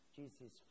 Jesus